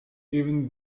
even